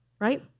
right